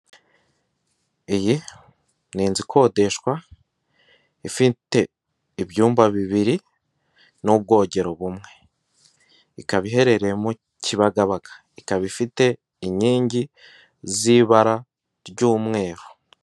Iyi ni inzu ikodeshwa ifite ibyumba bibiri n'ubwogero bumwe, ikaba iherereye mu Kibagabaga, ikaba ifite inkingi z'ibara ry'umweru.